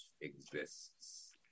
exists